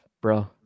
bro